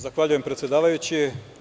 Zahvaljujem predsedavajući.